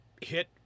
hit